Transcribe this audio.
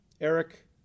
Eric